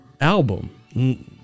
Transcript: album